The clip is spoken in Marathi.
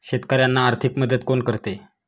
शेतकऱ्यांना आर्थिक मदत कोण करते?